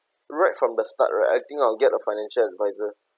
right from the start right I think I will get a financial advisor